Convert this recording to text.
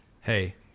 hey